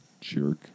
jerk